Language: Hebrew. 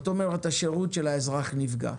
זה אומר שהשירות של האזרח נפגע.